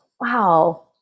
wow